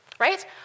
right